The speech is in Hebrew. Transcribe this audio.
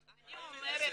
אבל אני אומרת